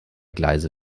gleise